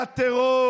נקעה נפשו מהטרור,